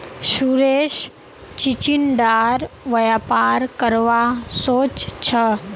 सुरेश चिचिण्डार व्यापार करवा सोच छ